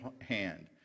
hand